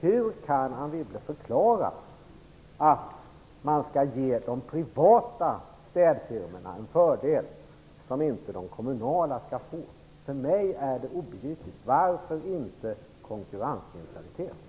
Hur kan Anne Wibble förklara att man skall ge de privata städfirmorna en fördel som inte de kommunala städfirmorna skall få? För mig är detta obegripligt. Varför skall det inte råda konkurrensneutralitet?